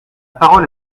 parole